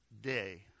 day